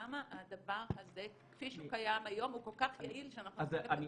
למה הדבר הזה כפי שהוא קיים היום הוא כל כך יעיל שאנחנו